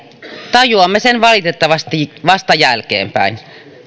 tajuamme sen valitettavasti vasta jälkeenpäin